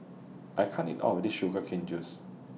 I can't eat All of This Sugar Cane Juice